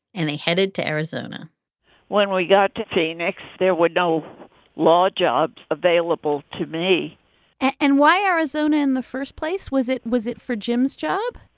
and they headed to arizona when we got to phoenix, there were no law jobs available to me and why arizona in the first place? was it was it for jim's job?